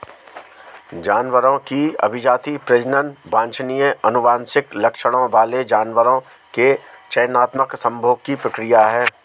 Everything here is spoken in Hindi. जानवरों की अभिजाती, प्रजनन वांछनीय आनुवंशिक लक्षणों वाले जानवरों के चयनात्मक संभोग की प्रक्रिया है